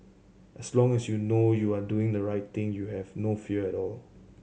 as long as you know you are doing the right thing you have no fear at all